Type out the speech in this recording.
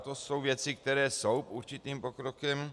To jsou věci, které jsou určitým pokrokem.